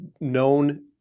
known